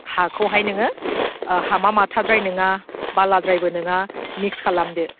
हाखौहाय नोङो हामा माथाद्राय नङा बालाद्रायबो नङा मिक्स खालामदो